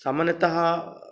सामान्यतः